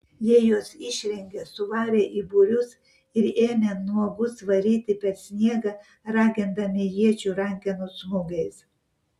jie juos išrengė suvarė į būrius ir ėmė nuogus varyti per sniegą ragindami iečių rankenų smūgiais